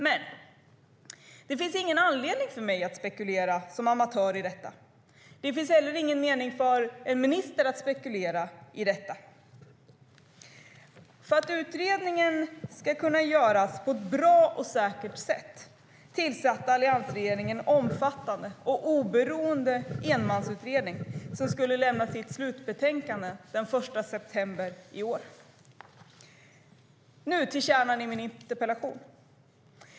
Men det finns ingen anledning för mig att som amatör spekulera i detta. Det finns heller ingen mening för en minister att spekulera. För att utredningen skulle göras på ett bra och säkert sätt tillsatte alliansregeringen en omfattande och oberoende enmansutredning som skulle lämna sitt slutbetänkande den 1 september i år. Nu kommer jag till kärnan i min interpellation.